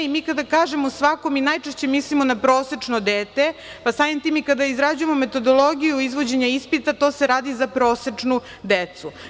Mi kada kažemo svakom, mi najčešće mislimo na prosečno dete, pa samim tim i kada izrađujemo metodologiju izvođenja ispita, to se radi za prosečnu decu.